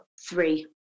three